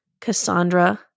Cassandra